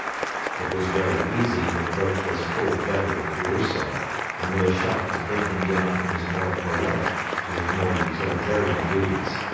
it was very easy to approach this full-feathered caruso and with a shot to bring him down from his more poetic to his more utilitarian duties.